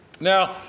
Now